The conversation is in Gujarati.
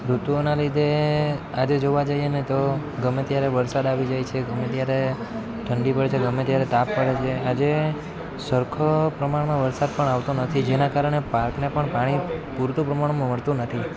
ઋતુઓના લીધે આજે જોવા જઈએ ને તો ગમે ત્યારે વરસાદ આવી જાય છે ગમે ત્યારે ઠંડી પડે છે ગમે ત્યારે તાપ પડે છે આજે સરખો પ્રમાણમાં વરસાદ પણ આવતો નથી જેના કારણે પાકને પણ પાણી પૂરતું પ્રમાણમાં મળતું નથી